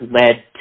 led